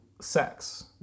sex